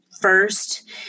first